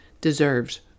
deserves